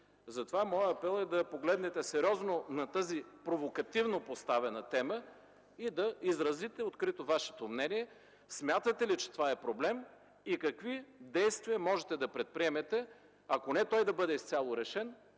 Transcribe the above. Затова моят апел е да погледнете сериозно на тази провокативно поставена тема и да изразите открито Вашето мнение – смятате ли, че това е проблем и какви действия можете да предприемете, ако не той да бъде изцяло решен,